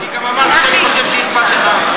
אני גם אמרתי שאני חושב שאכפת לך.